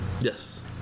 Yes